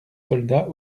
soldats